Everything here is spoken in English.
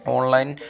Online